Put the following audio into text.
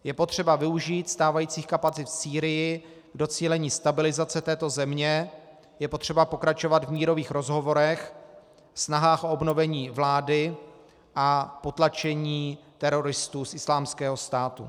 Je potřeba využít stávajících kapacit v Sýrii k docílení stabilizace této země, je potřeba pokračovat v mírových rozhovorech, snahách o obnovení vlády a potlačení teroristů z Islámského státu.